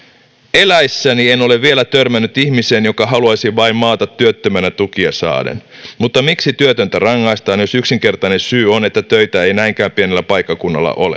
eläissäni en ole vielä törmännyt ihmiseen joka haluaisi vain maata työttömänä tukia saaden mutta miksi työtöntä rangaistaan jos yksinkertainen syy on että töitä ei näinkään pienellä paikkakunnalla ole